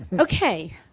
okay,